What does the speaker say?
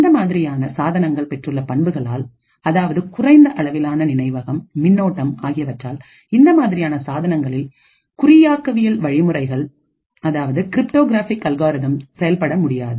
இந்த மாதிரியான சாதனங்கள் பெற்றுள்ள பண்புகளால் அதாவது குறைந்த அளவிலான நினைவகம் மின்னோட்டம் ஆகியவற்றால் இந்த மாதிரியான சாதனங்களில் குறியாக்கவியல் வழிமுறைகள்கிரிப்டோகிராஃபிக் அல்காரிதம் cryptographic algorithms செயல்பட முடியாது